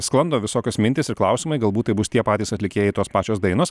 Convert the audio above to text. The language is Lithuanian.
sklando visokios mintys ir klausimai galbūt tai bus tie patys atlikėjai tos pačios dainos